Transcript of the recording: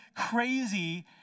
crazy